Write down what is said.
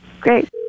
great